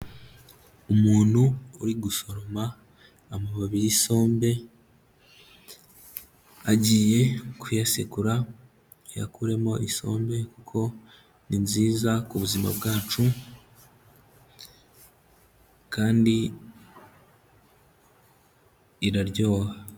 Umuntu uri gusoroma amababi y'isombe agiye kuyasekura ayakuremo isombe, kuko ni nziza ku buzima bwacu kandi iraryoha.